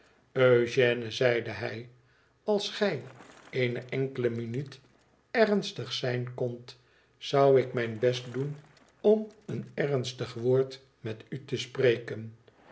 eugène zeide hij i als gij eene enkele minuut ernstig zijn kondt zou ik mijn best doen om een ernstig woord met u te spreken